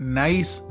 nice